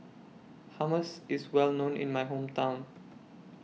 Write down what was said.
Hummus IS Well known in My Hometown